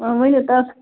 ؤنِو تۄہہِ